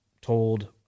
told